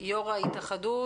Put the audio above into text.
ההתאחדות.